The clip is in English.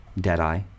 Deadeye